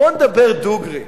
בואו נדבר דוגרי.